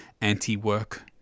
anti-work